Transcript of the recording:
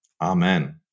Amen